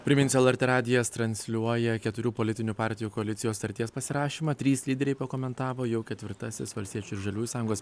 priminsiu lrt radijas transliuoja keturių politinių partijų koalicijos sutarties pasirašymą trys lyderiai pakomentavo jau ketvirtasis valstiečių ir žaliųjų sąjungos